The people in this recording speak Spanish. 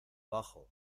bajo